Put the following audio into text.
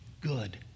good